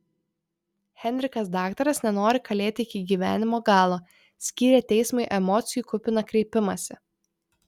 henrikas daktaras nenori kalėti iki gyvenimo galo skyrė teismui emocijų kupiną kreipimąsi